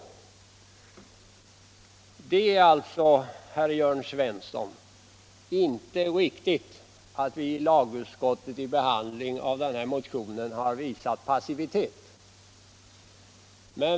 Det är alltså, herr Jörn Svensson, inte riktigt att vi i lagutskottet vid behandling av den här motionen visat passivitet.